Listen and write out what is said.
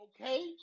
okay